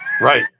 Right